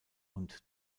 und